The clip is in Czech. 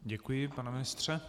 Děkuji, pane ministře.